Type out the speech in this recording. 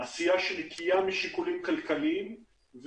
עשייה שנקייה משיקולים כלכליים.